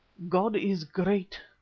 god is great!